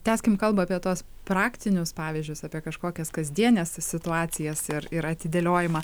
tęskim kalbą apie tuos praktinius pavyzdžius apie kažkokias kasdienes situacijas ir ir atidėliojimą